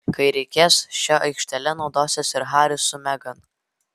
kai reikės šia aikštele naudosis ir haris su megan